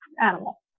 animal